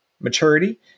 maturity